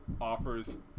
offers